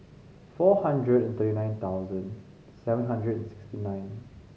four hundred and thirty nine thousand seven hundred and sixty nine